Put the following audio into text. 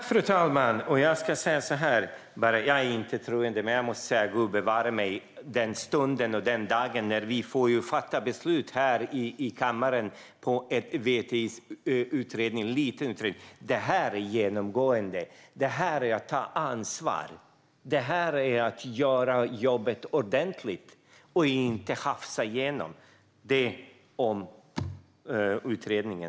Fru talman! Jag är inte troende. Men Gud bevare mig den stunden och den dagen vi får fatta beslut här i kammaren baserat på VTI:s utredning, som är en liten utredning. Den här utredningen, som jag nu visar för kammarens ledamöter, är genomgripande. Det här är att ta ansvar. Det här är att göra jobbet ordentligt och inte hafsa igenom. Det är vad jag vill säga om utredningen.